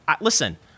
Listen